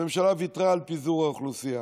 הממשלה ויתרה על פיזור האוכלוסייה.